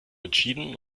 entschieden